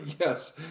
Yes